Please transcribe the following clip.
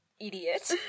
idiot